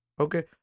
Okay